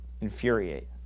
infuriate